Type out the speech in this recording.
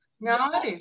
No